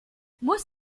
muss